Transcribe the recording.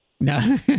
No